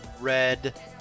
red